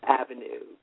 avenue